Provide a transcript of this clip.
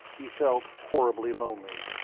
he felt horribly lonely.